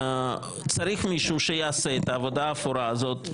צריך מישהו שיעשה את העבודה האפורה הזאת.